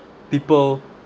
people